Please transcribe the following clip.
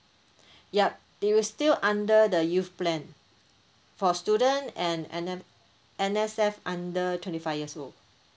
yup it will still under the youth plan for student and and N_F~ N_S_F under twenty five years old